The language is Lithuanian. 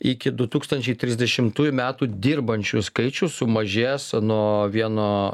iki du tūkstančiai trisdešimtųjų metų dirbančiųjų skaičius sumažės nuo vieno